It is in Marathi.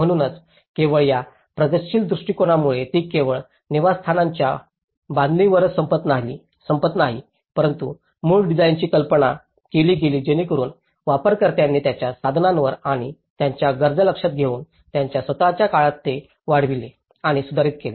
म्हणूनच केवळ या प्रगतीशील दृष्टिकोनामुळे ती केवळ निवासस्थानांच्या बांधणीवरच संपली नाही परंतु मूळ डिझाइनची कल्पना केली गेली जेणेकरुन वापरकर्त्यांनी त्यांच्या संसाधनांवर आणि त्यांच्या गरजा लक्षात घेऊन त्यांच्या स्वत च्या काळात ते वाढविले आणि सुधारित केले